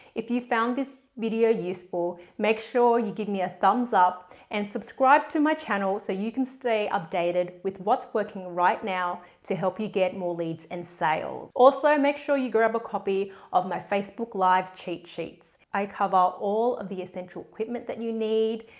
if you found this video useful make sure you give me a thumbs up and subscribe to my channel so you can stay updated with what's working right now to help you get more leads and sales. also make sure you grab a copy of my facebook live cheat sheets. i cover all all the essential equipment that you need,